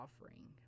offering